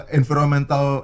environmental